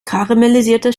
karamellisierte